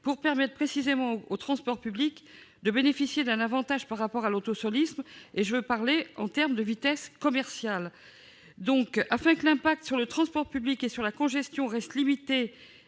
de permettre au transport public de bénéficier d'un avantage par rapport à l'autosolisme- je parle en termes de vitesse commerciale. Afin que l'impact sur le transport public et sur la congestion reste limité